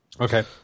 Okay